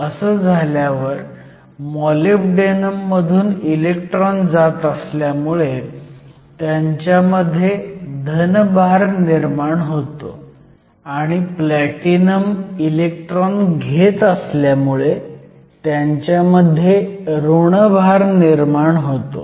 असं झाल्यावर मॉलिब्डेनम मधून इलेक्ट्रॉन जात असल्यामुळे त्यांच्यामध्ये धन भार निर्माण होतो आणि प्लॅटिनम इलेक्ट्रॉन घेत असल्यामुळे त्यांच्यामध्ये ऋण भार निर्माण होतो